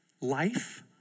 Life